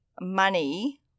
money